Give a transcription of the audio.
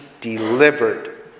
delivered